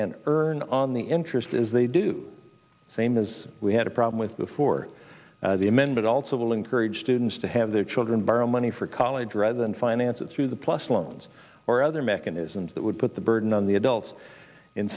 and earn on the interest as they do the same as we had a problem with before the amend it also will encourage students to have their children borrow money for college rather than finance it through the plus loans or other mechanisms that would put the burden on the adults in